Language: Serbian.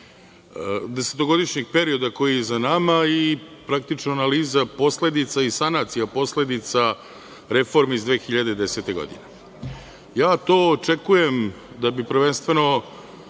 desetogodišnjeg perioda koji je za nama i praktično analiza posledica i sanacija posledica reformi iz 2010. godine. Očekujem da bi to prvenstveno,